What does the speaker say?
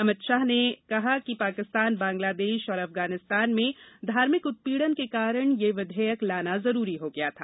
अमित शाह ने कहा कि पाकिस्तान बंगलादेश और अफगानिस्तान में धार्मिक उत्पीड़न के कारण यह विधेयक लाना जरूरी हो गया था